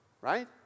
right